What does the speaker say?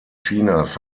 chinas